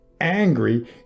angry